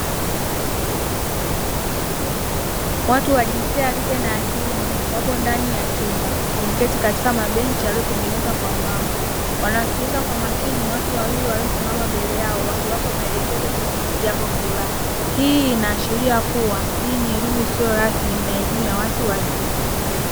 Watu wa jinsia ya kike na ya kiume wapo ndani ya chumba, wameketi katika mabenchi yaliyotengenezwa kwa mbao, wanasikiliza kwa makini watu wawili waliosimama mbele yao wakiwapa maelekezo kuhusu jambo fulani. Hii inaashiria kuwa hii ni elimu isiyo rasmi na elimu ya watu wazima.